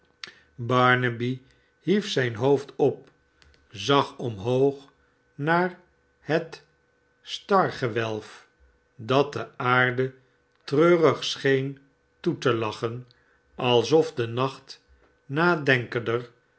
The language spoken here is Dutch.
barnaby hief zijn hoofd op zag omhoog naar het stargewelf dat de aarde treurig scheen toe te lachen alsof de nacht nadenkender